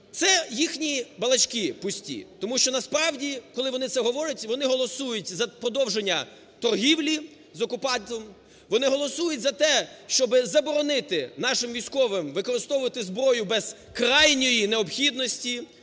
Це – їхні балачки пусті. Тому що насправді, коли вони це говорять, вони голосують за продовження торгівлі з окупантом, вони голосують за те, щоби заборонити нашим військовим "використовувати зброю без крайньої необхідності"